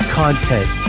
content